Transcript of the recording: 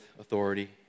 authority